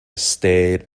stared